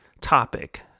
topic